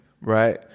right